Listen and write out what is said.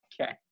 Okay